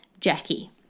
Jackie